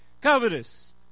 Covetous